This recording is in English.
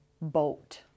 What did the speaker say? boat